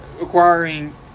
acquiring